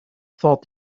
thought